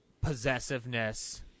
possessiveness